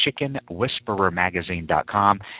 chickenwhisperermagazine.com